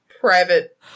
private